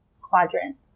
quadrant